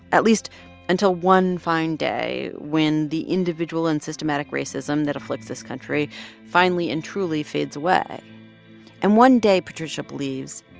at least until one fine day when the individual and systematic racism that afflicts this country finally and truly fades away and one day, patricia believes,